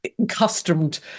accustomed